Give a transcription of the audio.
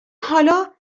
حالا